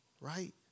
right